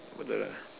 betul lah